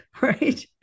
right